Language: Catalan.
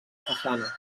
façana